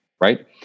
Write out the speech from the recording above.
Right